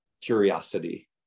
curiosity